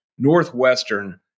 Northwestern